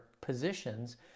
positions